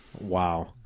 Wow